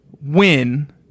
win